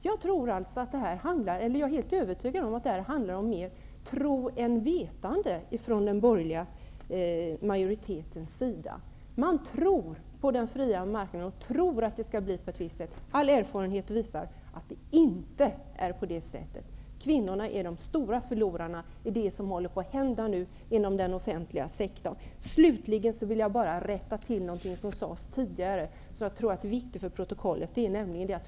Jag är helt övertygad om att detta handlar om mer tro än vetande från den borgerliga majoritetens sida. Man tror på den fria marknaden och tror att det skall bli på ett visst sätt. All erfarenhet visar att det inte är på det sättet. Kvinnorna är de stora förlorarna i det som nu håller på att hända inom den offentliga sektorn. Slutligen vill jag bara rätta till något som sades tidigare, och jag tror att det är viktigt för protokollet att jag gör det.